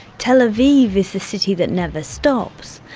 tel aviv is the city that never stops,